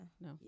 No